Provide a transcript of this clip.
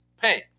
pay